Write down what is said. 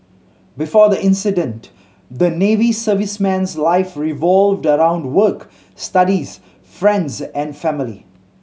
before the incident the Navy serviceman's life revolved around work studies friends and family